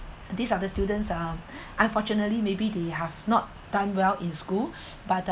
these are the students uh unfortunately maybe they have not done well in school but the